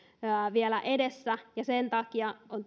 vielä edessä sen takia on